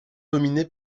dominée